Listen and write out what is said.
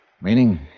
Meaning